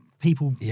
People